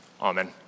Amen